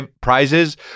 prizes